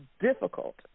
difficult